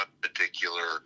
particular